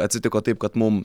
atsitiko taip kad mum